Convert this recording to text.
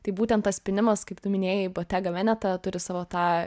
tai būtent tas pynimas kaip tu minėjai bottega veneta turi savo tą